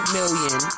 million